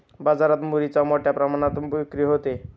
बाजारात मुरीची मोठ्या प्रमाणात विक्री होते